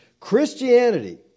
Christianity